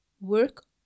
work